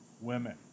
women